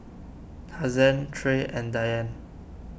Hazen Trey and Diann